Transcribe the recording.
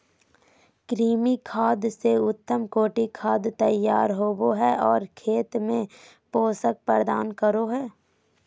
कृमि खाद से उत्तम कोटि खाद तैयार होबो हइ और खेत में पोषक प्रदान करो हइ